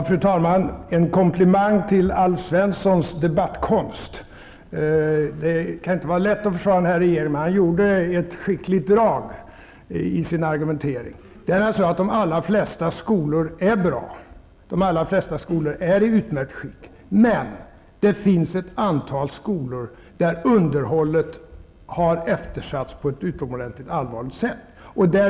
Fru talman! En komplimang till Alf Svenssons debattkonst. Det kan inte vara lätt att försvara den här regeringen, men Alf Svensson gjorde ett skickligt drag i sin argumentering. Det är alltså så att de allra flesta skolor är bra och i utmärkt skick, men det finns ett antal skolor där underhållet har eftersatts på ett utomordentligt allvarligt sätt.